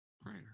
Prayer